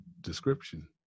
description